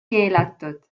keelatud